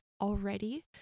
already